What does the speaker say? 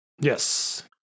Yes